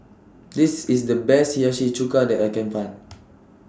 This IS The Best Hiyashi Chuka that I Can Find